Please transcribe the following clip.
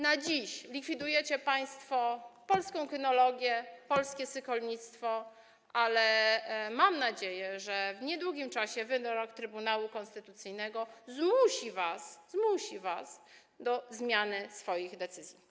Na dziś likwidujecie państwo polską kynologię, polskie sokolnictwo, ale mam nadzieję, że w niedługim czasie wyrok Trybunału Konstytucyjnego zmusi was do zmiany decyzji.